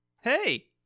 Hey